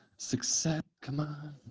success, come on.